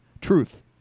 Truth